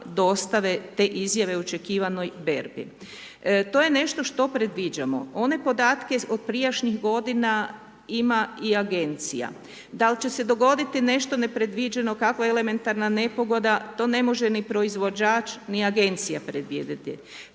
dosta te izjave o očekivanoj berbi. To je nešto što predviđamo. One podatke od prijašnjih godina ima i agencija. Da li će se dogoditi nešto nepredviđeno, kakva elementarna nepogoda, to ne može ni proizvođač, ni agencija predvidjeti.